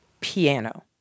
Piano